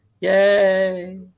yay